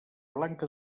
blanca